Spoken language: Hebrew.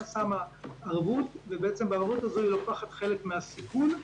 --- שמה ערבות ובערבות הזאת היא לוקחת חלק מהסיכון,